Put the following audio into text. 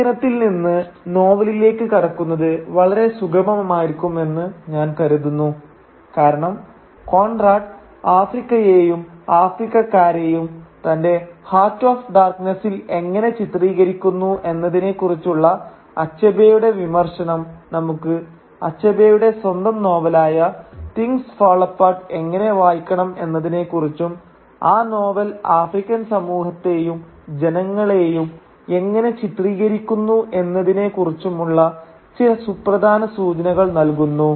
ലേഖനത്തിൽ നിന്ന് നോവലിലേക്ക് കടക്കുന്നത് വളരെ സുഖമമായിരിക്കും എന്ന് ഞാൻ കരുതുന്നു കാരണം കോൺറാട് ആഫ്രിക്കയേയും ആഫ്രിക്കക്കാരെയും തന്റെ ഹാർട്ട് ഓഫ് ഡാർക്നസ്സിൽ എങ്ങനെ ചിത്രീകരിക്കുന്നു എന്നതിനെക്കുറിച്ചുള്ള അച്ഛബേയുടെ വിമർശനം നമുക്ക് അച്ഛബേയുടെ സ്വന്തം നോവലായ തിങ്സ് ഫാൾ അപ്പാർട്ട് എങ്ങനെ വായിക്കണം എന്നതിനെക്കുറിച്ചും ആ നോവൽ ആഫ്രിക്കൻ സമൂഹത്തെയും ജനങ്ങളെയും എങ്ങനെ ചിത്രീകരിക്കുന്നു എന്നതിനെ കുറിച്ചുമുള്ള ചില സുപ്രധാന സൂചനകൾ നൽകുന്നു